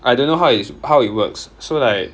I don't know how it how it works so like